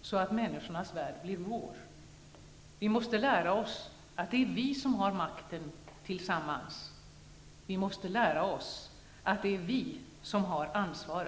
så att människornas värld blir vår. Vi måste lära oss att det är vi som har makten tillsammans. Vi måste lära oss att det är vi som har ansvaret